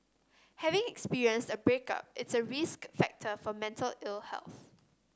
having experienced a breakup is a risk factor for mental ill health